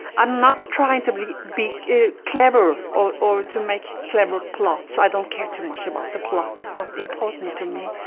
i'm not trying to be clever clever or or to make clever plots. i don't care too much about the plot, it's not important to me,